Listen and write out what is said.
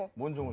wins um